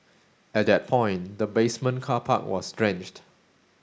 at that point the basement car park was drenched